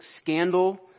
scandal